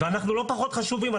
אנחנו לא פחות חשובים.